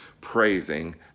praising